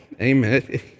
Amen